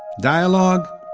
dialogue,